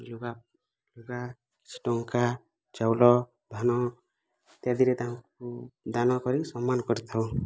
ଲୁଗା ଲୁଗା କିଛି ଟଙ୍କା ଚାଉଳ ଧାନ ଇତ୍ୟାଦିରେ ତାଙ୍କୁ ଦାନ କରି ସମ୍ମାନ କରିଥାଉ